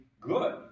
good